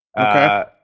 Okay